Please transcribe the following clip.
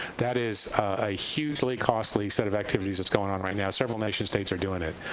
that is a hugely costly set of activities that's going on right now. several nation-states are doing it.